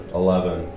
eleven